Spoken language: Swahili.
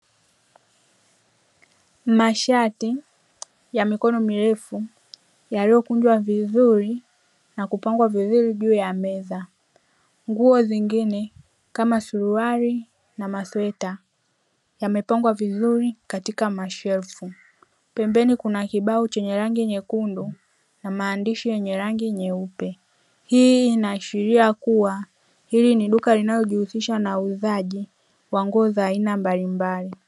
Mashati ya mikono mirefu yaliyokunjwa vizuri na kupangwa vizuri juu ya meza, nguo nyingine kama suruhali na masweta yamepangwa vizuri katika mashelfu pembeni kuna Kibao chenye rangi nyekundu na maandishi yenye rangi nyeupe. Hii inaashiria kuwa hili ni duka linalojihisisha na uuzaji wa nguo za aina mbalimbali.